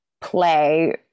play